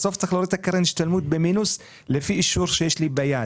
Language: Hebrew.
בסוף צריך להוריד את קרן ההשתלמות במינוס לפי אישור שיש לי ביד.